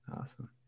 awesome